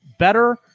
better